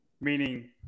Meaning